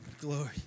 Glory